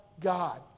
God